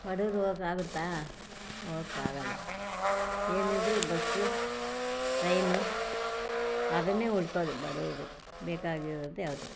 ಬಡವ್ರು ಹೋಗೋಕ್ಕಾಗುತ್ತಾ ಹೋಗೋಕ್ಕಾಗಲ್ಲ ಏನಿದ್ದರೂ ಬಸ್ ಟ್ರೈನು ಅದನ್ನೇ ಹುಡ್ಕೋದು ಬಡವರು ಬೇಕಾಗಿರೋದೇ ಅದು